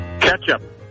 ketchup